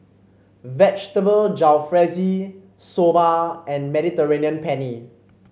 Vegetable Jalfrezi Soba and Mediterranean Penne